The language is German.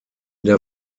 der